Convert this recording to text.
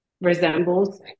resembles